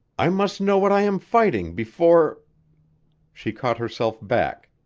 i must know what i am fighting before she caught herself back,